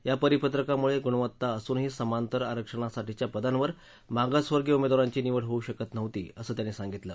या परिपत्रकामुळे गुणवत्ता असूनही समांतर आरक्षणासाठीच्या पदांवर मागसवर्गीय उमेदवारांची निवड होऊ शकत नव्हती असं त्यांनी सांगितलं